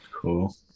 Cool